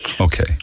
Okay